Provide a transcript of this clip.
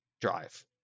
drive